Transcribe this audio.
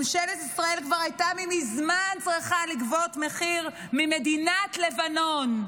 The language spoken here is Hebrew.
ממשלת ישראל כבר הייתה צריכה ממזמן לגבות מחיר ממדינת לבנון.